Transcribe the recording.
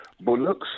bullocks